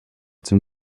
zum